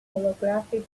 holographic